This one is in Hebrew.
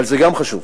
אבל גם זה חשוב.